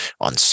on